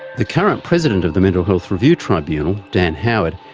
the current president of the mental health review tribunal, dan howard,